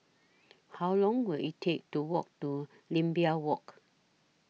How Long Will IT Take to Walk to Imbiah Walk